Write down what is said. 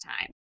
time